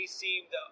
seemed